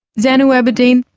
zanu aberdeen,